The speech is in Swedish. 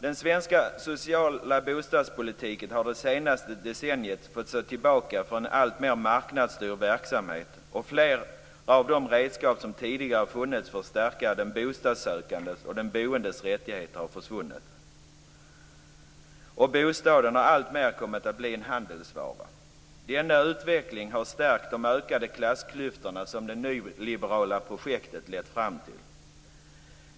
Den svenska sociala bostadspolitiken har det senaste decenniet fått stå tillbaka för en alltmer marknadsstyrd verksamhet. Flera av de redskap som tidigare har funnits för att stärka den bostadssökandes och den boendes rättigheter har försvunnit. Bostaden har alltmer kommit att bli en handelsvara. Denna utveckling har förstärkt de ökande klassklyftor som det nyliberala projektet har lett fram till.